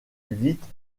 vite